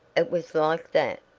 it was like that.